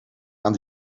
aan